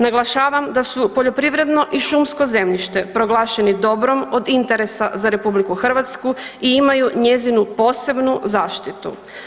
Naglašavam da su poljoprivredno i šumsko zemljište proglašeni dobrom od interesa za RH i imaju njezinu posebnu zaštitu.